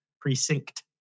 precinct